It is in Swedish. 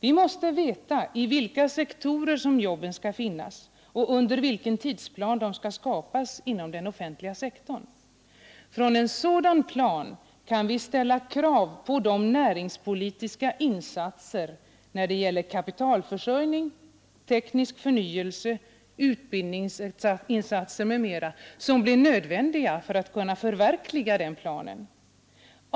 Vi måste veta i vilka sektorer jobben skall finnas och efter vilken tidsplan de skall skapas inom den offentliga sektorn. Med utgångspunkt i en sådan plan kan vi ställa krav på näringspolitiska insatser när det gäller kapitalförsörjning, teknisk förnyelse, utbildningsinsatser m.m., som blir nödvändiga för att kunna förverkliga planen.